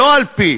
לא על פי,